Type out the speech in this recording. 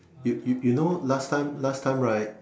you you you know last time last time right